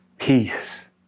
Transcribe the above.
Peace